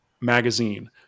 magazine